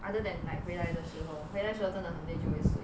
other than like 回来的时候回来时候真的很累就会睡